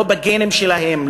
זה לא בגנים שלהם,